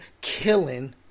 killing